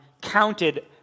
counted